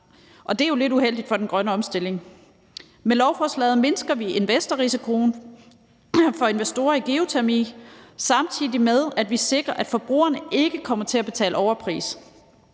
Og det er jo lidt uheldigt for den grønne omstilling. Med lovforslaget mindsker vi investorrisikoen for investorer i geotermi, samtidig med at vi sikrer, at forbrugerne ikke kommer til at betale overpris.